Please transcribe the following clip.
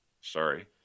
sorry